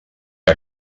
que